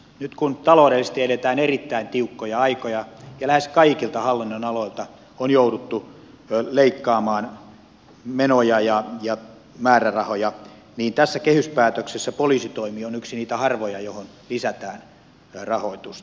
nyt kun taloudellisesti eletään erittäin tiukkoja aikoja ja lähes kaikilta hallinnonaloilta on jouduttu leikkaamaan menoja ja määrärahoja tässä kehyspäätöksessä poliisitoimi on yksi niitä harvoja joihin lisätään rahoitusta